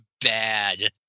bad